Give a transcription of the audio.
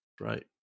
Right